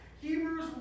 Hebrews